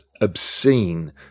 obscene